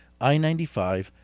I-95